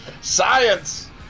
Science